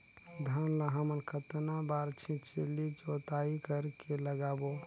धान ला हमन कतना बार छिछली जोताई कर के लगाबो?